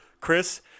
chris